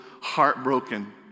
heartbroken